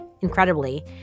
incredibly